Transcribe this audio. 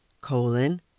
colon